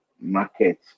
market